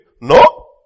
No